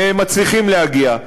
מצליחים להגיע.